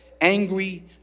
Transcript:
angry